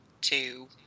two